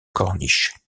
corniche